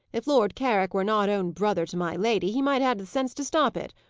if lord carrick were not own brother to my lady, he might have the sense to stop it.